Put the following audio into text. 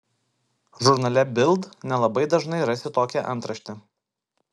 žurnale bild nelabai dažnai rasi tokią antraštę